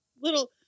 little